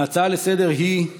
ההצעה לסדר-היום היא